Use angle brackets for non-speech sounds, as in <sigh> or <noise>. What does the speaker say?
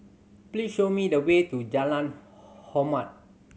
please show me the way to Jalan <unintelligible> Hormat